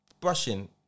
brushing